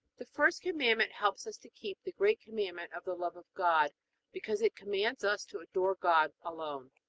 the first commandment helps us to keep the great commandment of the love of god because it commands us to adore god alone.